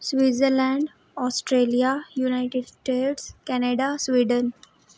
Switzerland Australia United States Canada Sweden ़